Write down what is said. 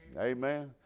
Amen